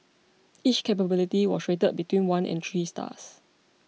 each capability was rated between one and three stars